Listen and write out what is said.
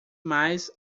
mais